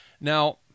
Now